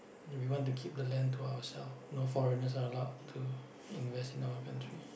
we want to keep the land to ourself no foreigners are allowed to invest in our country